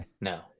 no